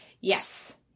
yes